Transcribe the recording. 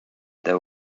there